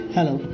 Hello